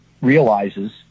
realizes